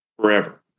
forever